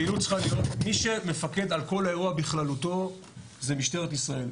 מי שמפקד על כל האירוע בכללותו זה משטרת ישראל.